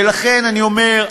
ולכן אני אומר,